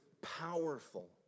powerful